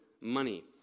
money